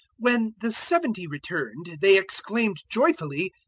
when the seventy returned, they exclaimed joyfully,